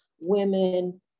women